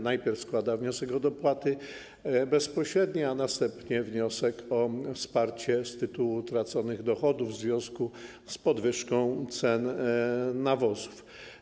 Najpierw składa wniosek o dopłaty bezpośrednie, a następnie wniosek o wsparcie z tytułu utraconych dochodów w związku z podwyżką cen nawozów.